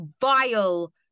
vile